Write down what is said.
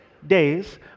Days